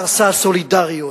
קרסה הסולידריות,